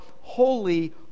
holy